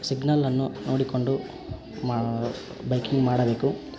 ಸಿಗ್ನಲ್ಲನ್ನು ನೋಡಿಕೊಂಡು ಮಾ ಬೈಕಿಂಗ್ ಮಾಡಬೇಕು